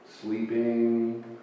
sleeping